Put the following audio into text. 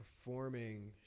performing